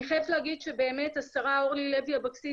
אני חייבת להגיד שבאמת השרה אורלי לוי אבקסיס